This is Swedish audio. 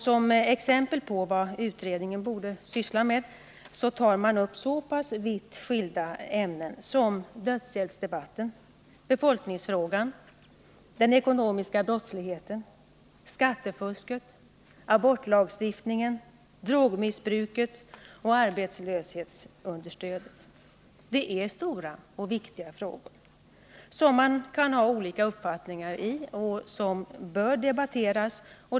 Som exempel på vad den utredningen borde syssla med tar man upp så pass vitt skilda ämnen som dödshjälpsdebatten, befolkningsfrågan, den ekonomiska brottsligheten, skattefusket, abortlagstiftningen, drogmissbruket och arbetslöshetsunderstödet. Det är stora och viktiga frågor som man kan ha olika uppfattningar i och som bör debatteras.